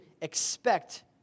expect